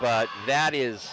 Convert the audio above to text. but that is